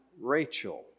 Rachel